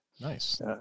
Nice